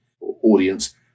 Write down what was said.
audience